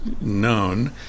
known